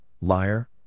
liar